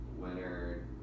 winner